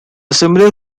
similar